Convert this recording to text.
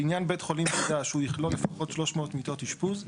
לעניין בית חולים חדש הוא יכלול לפחות 300 מיטות אשפוז,